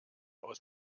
aus